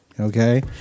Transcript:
Okay